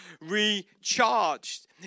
recharged